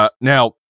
Now